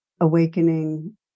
awakening